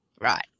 right